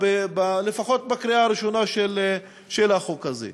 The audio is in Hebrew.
לפחות בקריאה הראשונה של החוק הזה.